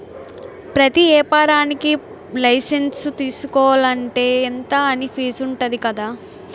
ప్రతి ఏపారానికీ లైసెన్సు తీసుకోలంటే, ఇంతా అని ఫీజుంటది కదా